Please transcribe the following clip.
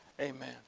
Amen